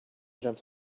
jumps